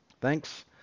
thanks